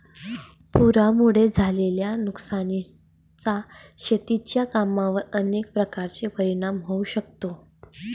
पुरामुळे झालेल्या नुकसानीचा शेतीच्या कामांवर अनेक प्रकारे परिणाम होऊ शकतो